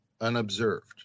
unobserved